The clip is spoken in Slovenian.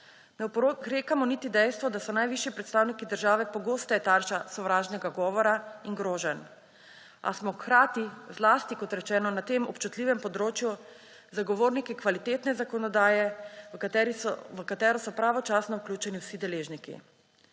Ne oporekamo niti dejstvu, da so najvišji predstavniki države pogosteje tarča sovražnega govora in groženj, a smo hkrati zlasti, kot rečeno, na tem občutljivem področju zagovorniki kvalitetne zakonodaje, v katero so pravočasno vključeni vsi deležniki.